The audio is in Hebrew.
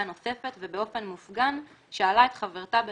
נוספת ובאופן מופגן שאלה את חברתה בנוכחותי,